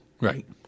Right